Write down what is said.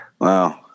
Wow